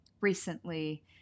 recently